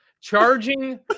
charging